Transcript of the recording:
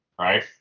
right